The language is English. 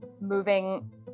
moving